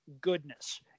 goodness